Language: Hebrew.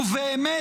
ובאמת,